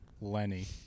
Lenny